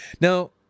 Now